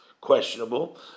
questionable